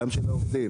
גם שם העובדים.